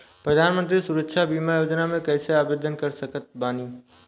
प्रधानमंत्री सुरक्षा बीमा योजना मे कैसे आवेदन कर सकत बानी?